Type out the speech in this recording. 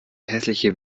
hässliche